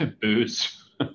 booze